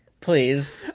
Please